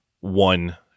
one